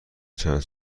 چند